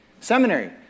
Seminary